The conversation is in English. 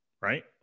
Right